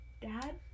Dad